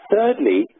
Thirdly